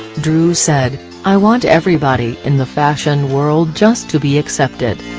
dru said i want everybody in the fashion world just to be accepted.